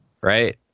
right